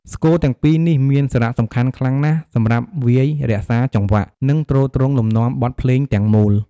ស្គរទាំងពីរនេះមានសារៈសំខាន់ខ្លាំងណាស់សម្រាប់វាយរក្សាចង្វាក់ និងទ្រទ្រង់លំនាំបទភ្លេងទាំងមូល។